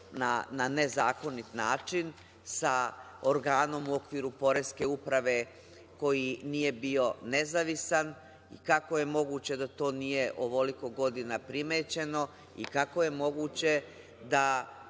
na nezakonit način, sa organom u okviru poreske uprave koji nije bio nezavisan i kako je moguće da to nije ovoliko godina primećeno? Kako je moguće da